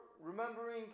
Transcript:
remembering